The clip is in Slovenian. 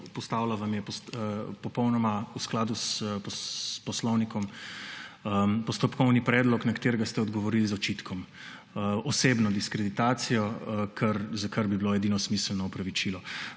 Postavila vam je popolnoma v skladu s poslovnikom postopkovni predlog, na katerega ste odgovorili z očitkom, osebno diskreditacijo, za kar bi bilo edino smiselno opravičilo.